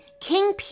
King